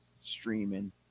Streaming